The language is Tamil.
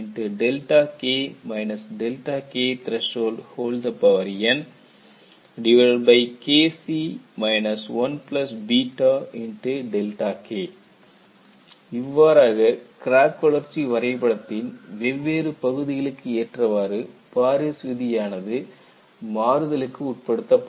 dadN C1mnKc 1K இவ்வாறாக கிராக் வளர்ச்சி வரைபடத்தின் வெவ்வேறு பகுதிகளுக்கு ஏற்றவாறு பாரிஸ் விதியானது மாறுதலுக்கு உட்படுத்தப்பட்டது